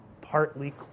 partly